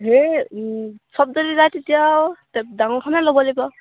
হেই চব যদি যায় তেতিয়া আৰু ডাঙৰখনে ল'ব লাগিব